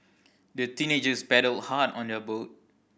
the teenagers paddled hard on their boat